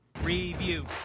Review